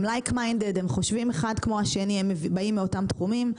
הם חושבים אחד כמו השני, הם באים מאותם תחומים.